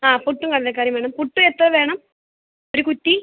ആ പുട്ടും കടലക്കറിയും വേണം പുട്ട് എത്ര വേണം ഒരു കുറ്റി